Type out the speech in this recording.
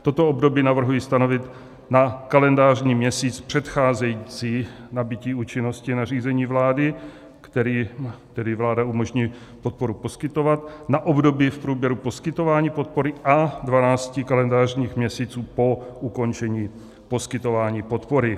Toto období navrhuji stanovit na kalendářní měsíc předcházející nabytí účinnosti nařízení vlády, kterým vláda umožní podporu poskytovat na období v průběhu poskytování podpory a 12 kalendářních měsíců po ukončení poskytování podpory.